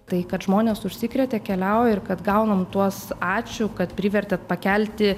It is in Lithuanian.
tai kad žmonės užsikrėtė keliauja ir kad gaunam tuos ačiū kad privertėt pakelti